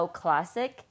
classic